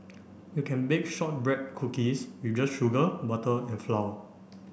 you can bake shortbread cookies with just sugar butter and flour